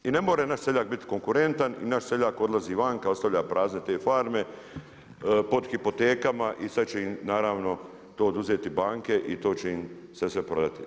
I ne mora naš seljak biti konkurentan i naš seljak odlazi vanka, ostavlja prazne te farme pod hipotekama i sad će im naravno to oduzeti banke i to će im se sve prodati.